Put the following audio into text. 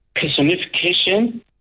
personification